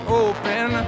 open